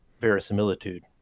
verisimilitude